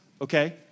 okay